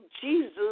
Jesus